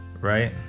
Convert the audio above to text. right